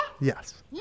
Yes